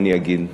אני אגיד.